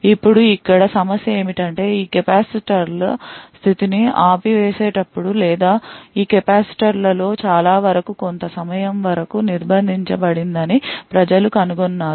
ఇప్పుడు ఇక్కడ సమస్య ఏమిటంటే ఈ కెపాసిటర్ల స్థితిని ఆపివేసినప్పుడు లేదా ఈ కెపాసిటర్లలో చాలా వరకు కొంత సమయం వరకు నిర్బంధించబడిందని ప్రజలు కనుగొన్నారు